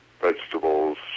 vegetables